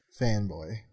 fanboy